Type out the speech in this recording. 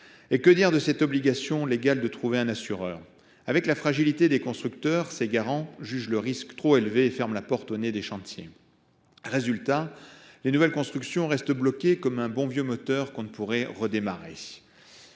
Et que dire de cette obligation légale de trouver un assureur ? Avec la fragilité des constructeurs, ces garants jugent le risque trop élevé et ferment la porte au nez des chantiers. Résultat, les nouvelles constructions restent bloquées comme un vieux moteur qu’on ne pourrait redémarrer.